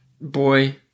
boy